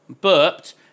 burped